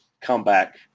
comeback